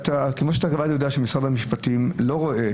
אתה לבד יודע שמשרד המשפטים לא רואה